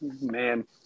man